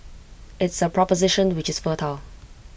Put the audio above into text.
it's A proposition which is fertile